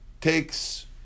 takes